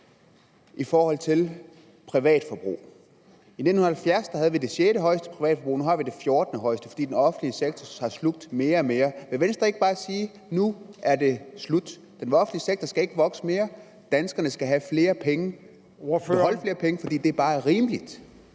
det gælder privatforbrug. I 1970 havde vi det sjettehøjeste privatforbrug, og nu har vi det fjortendehøjeste, fordi den offentlige sektor har slugt mere og mere. Vil Venstre ikke bare sige, at det er slut nu? Den offentlige sektor skal ikke vokse mere. Danskerne skal beholde flere penge, fordi det bare er rimeligt.